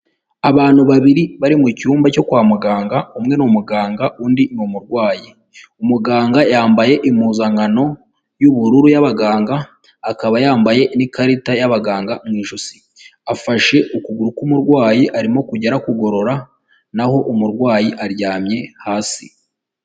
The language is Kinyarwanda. Abantu babiri bari mu cyumba cyo kwa muganga umwe ni umuganga undi ni umurwayi, umuganga yambaye impuzankano y'ubururu y'abaganga akaba yambaye n'ikarita y'abaganga mu ijosi, afashe ukuguru k'umurwayi arimo kujya akugorora naho umurwayi aryamye hasi.